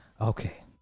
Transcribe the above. Okay